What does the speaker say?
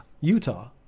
utah